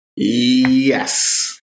yes